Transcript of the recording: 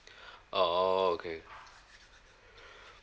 oh okay